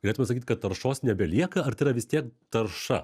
galėtume sakyt kad taršos nebelieka ar tai yra vis tiek tarša